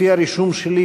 לפי הרישום שלי,